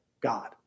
God